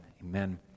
amen